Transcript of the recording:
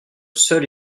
seul